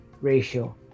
ratio